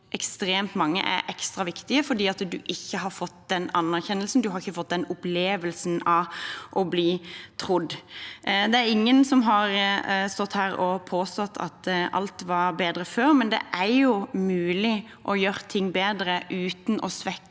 ekstremt mange er ekstra viktige, fordi man ikke har fått den anerkjennelsen og den opplevelsen av å bli trodd. Ingen har stått her og påstått at alt var bedre før, men det er jo mulig å gjøre ting bedre uten å svekke